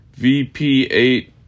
VP8